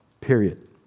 Period